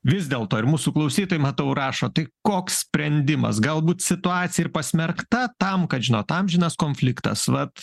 vis dėl to ir mūsų klausytojai matau rašo tai koks sprendimas galbūt situacija ir pasmerkta tam kad žinot amžinas konfliktas vat